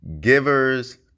givers